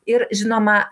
ir žinoma